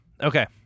Okay